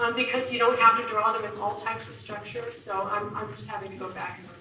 um because you don't have to draw them in all types of structures, so i'm i'm just having to go back